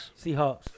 Seahawks